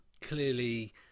clearly